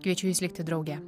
kviečiu jus likti drauge